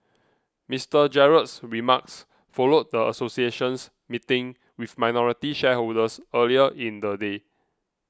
Mister Gerald's remarks followed the association's meeting with minority shareholders earlier in the day